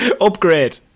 Upgrade